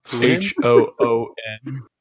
H-O-O-N